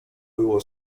było